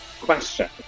Question